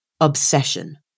Obsession